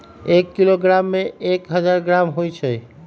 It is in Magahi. एक किलोग्राम में एक हजार ग्राम होई छई